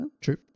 true